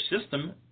system